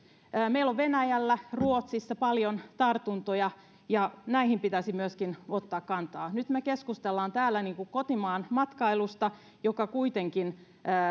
meillä on venäjällä ja ruotsissa paljon tartuntoja ja siihen pitäisi myöskin ottaa kantaa nyt me keskustelemme täällä kotimaanmatkailusta joka kuitenkin